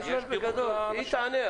אני שואל בגדול, היא תענה.